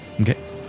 Okay